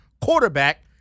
quarterback